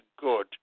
good